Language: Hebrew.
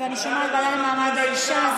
לוועדה לקידום מעמד האישה.